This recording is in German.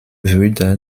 würde